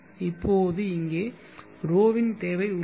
இப்போது இங்கே ρ வின் தேவை உள்ளது